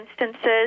instances